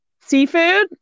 Seafood